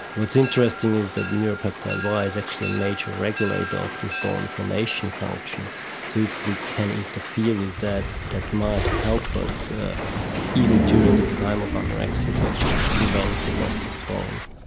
what's interesting is that neuropeptide y is actually a major regulator of this bone formation function so if we can interfere with that, that might help us even during the time of anorexia to actually prevent the loss of bone.